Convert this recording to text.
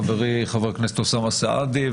חברי חבר הכנסת אוסאמה סעדי,